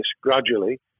gradually